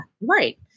right